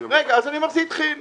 ואז אני אומר שזה התחיל.